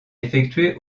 effectué